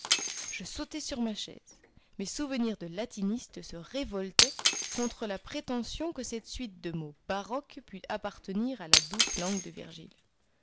je sautai sur ma chaise mes souvenirs de latiniste se révoltaient contre la prétention que cette suite de mots baroques pût appartenir à la douce langue de virgile